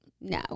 no